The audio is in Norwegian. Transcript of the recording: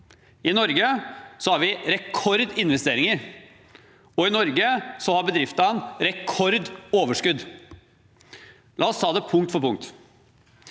I Norge har vi rekordinvesteringer. I Norge har bedriftene rekordoverskudd. La oss ta det punkt for punkt.